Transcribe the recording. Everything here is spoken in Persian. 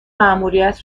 مأموریت